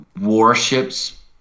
warships